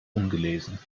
ungelesen